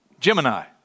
Gemini